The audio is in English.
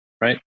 right